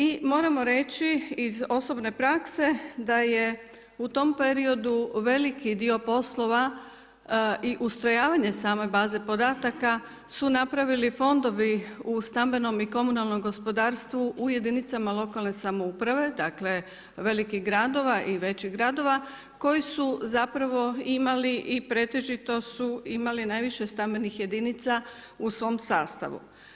I moramo reći iz osobne prakse da je u tom periodu veliki dio poslova i ustrojavanje same baze podataka su napravili fondovi u stambenom i komunalnom gospodarstvu u jedinicama lokalne samouprave, dakle velikih gradova i većih gradova koji su zapravo imali i pretežito su imali najviše stambenih jedinica u svom sastavu.